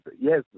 Yes